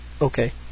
Okay